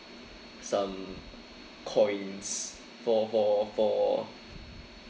some coins for for for